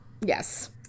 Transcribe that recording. Yes